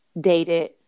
dated